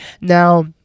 Now